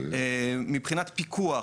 מבחינת פיקוח,